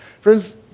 Friends